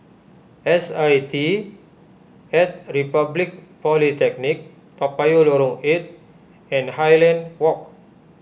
S I T at Republic Polytechnic Toa Payoh Lorong eight and Highland Walk